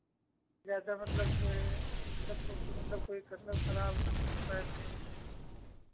जैसे मतलब ये मतलब फोटो मतलब कोई कलर खराब ना होने पाए मतलब अच्छी